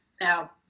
Now